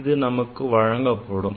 இது நமக்கு வழங்கப்படும்